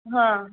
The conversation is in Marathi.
हं